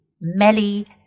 Melly